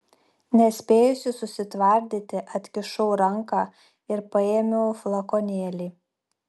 nespėjusi susitvardyti atkišau ranką ir paėmiau flakonėlį